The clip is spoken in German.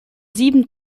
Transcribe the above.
sieben